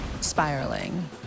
spiraling